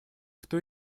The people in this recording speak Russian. кто